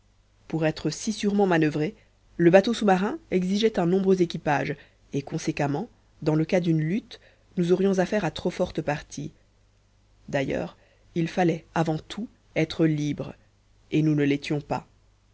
pour être si sûrement manoeuvré le bateau sous-marin exigeait un nombreux équipage et conséquemment dans le cas d'une lutte nous aurions affaire à trop forte partie d'ailleurs il fallait avant tout être libres et nous ne l'étions pas